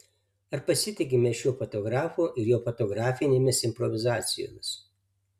ar pasitikime šiuo fotografu ir jo fotografinėmis improvizacijomis